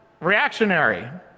reactionary